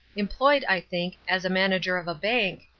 employed, i think, as a manager of a bank,